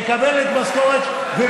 מקבלת משכורת שהיא לא ראויה לה,